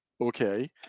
okay